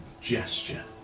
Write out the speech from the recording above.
gesture